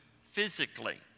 physically